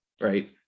right